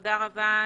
תודה רבה,